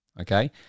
Okay